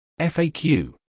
FAQ